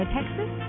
Texas